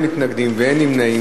בעד, 9, אין מתנגדים ואין נמנעים.